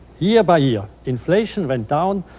year-by-year, inflation went down,